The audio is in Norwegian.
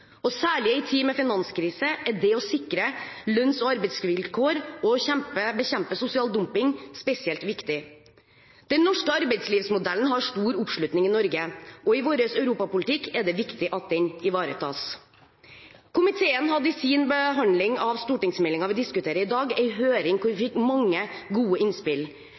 Særlig i en tid med finanskrise er det å sikre lønns- og arbeidsvilkår og bekjempe sosial dumping spesielt viktig. Den norske arbeidslivsmodellen har stor oppslutning i Norge, og i vår europapolitikk er det viktig at den ivaretas. Komiteen hadde i sin behandling av stortingsmeldingen vi diskuterer i dag, en høring hvor vi fikk mange gode innspill.